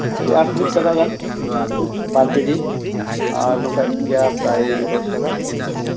ᱳᱭ ᱟᱴᱛᱨᱤᱥ ᱴᱟᱠᱟ ᱜᱟᱱ ᱦᱩᱸ ᱯᱟᱨ ᱠᱮᱡᱤ ᱟᱨ ᱱᱚᱝᱠᱟ ᱤᱭᱩᱨᱤᱭᱟ ᱯᱨᱟᱭ ᱫᱚᱥ ᱴᱟᱠᱟ ᱦᱩᱸ